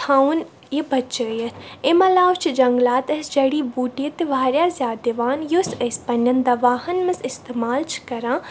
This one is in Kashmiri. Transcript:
تھاوُن یہِ بَچٲیِتھ امہِ علاوٕ چھِ جنٛگلات اَسہِ جڈی بوٗٹی تہِ واریاہ زیادٕ دِوان یُس أسۍ پنٛنیٚن دَواہَن منٛز اِستعمال چھِ کَران